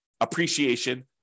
appreciation